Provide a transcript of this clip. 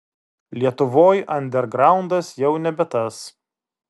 lietuvoj andergraundas jau nebe tas